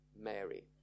Mary